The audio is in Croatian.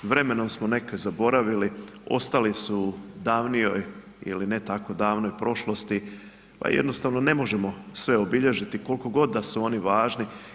Vremenom smo neke zaboravili, ostali su davnijoj ili ne tako davnoj prošlosti pa jednostavno ne možemo sve obilježiti koliko god da su oni važni.